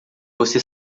você